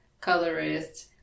colorist